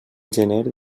gener